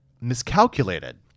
miscalculated